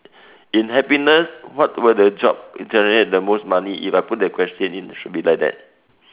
in happiness what were the job generate the most money if I put the question in should be like that